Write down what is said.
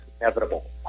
inevitable